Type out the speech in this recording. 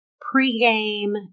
pre-game